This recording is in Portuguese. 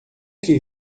que